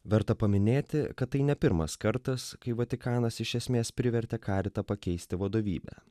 verta paminėti kad tai ne pirmas kartas kai vatikanas iš esmės privertė karitą pakeisti vadovybę